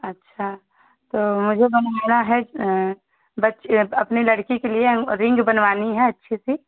अच्छा तो मुझे बनवाना है बच अपनी लड़की के लिए रिंग बनवानी है अच्छी सी